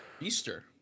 Easter